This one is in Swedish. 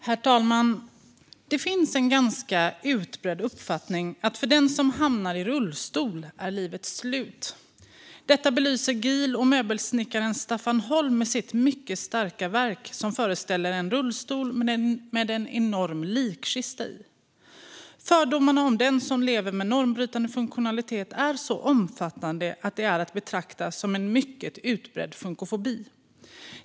Herr talman! Det finns en ganska utbredd uppfattning att för den som hamnar i rullstol är livet slut. Detta belyser GIL och möbelsnickaren Staffan Holm med ett mycket starkt verk som föreställer en rullstol med en enorm likkista i. Fördomarna om den som lever med normbrytande funktionalitet är så omfattande att de är att betrakta som mycket utbredd funkofobi.